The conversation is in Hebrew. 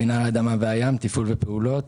מינהל האדמה והים, תפעול ופעולות,